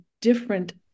different